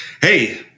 hey